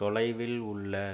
தொலைவில் உள்ள